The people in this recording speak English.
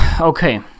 Okay